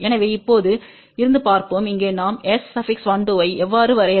எனவே இப்போது இருந்து பார்ப்போம் இங்கே நாம் S12 ஐஎவ்வாறு வரையறுக்கிறோம்